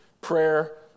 prayer